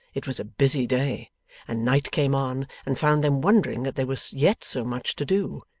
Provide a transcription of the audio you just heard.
it was a busy day and night came on, and found them wondering that there was yet so much to do,